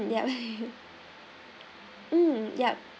yup mm yup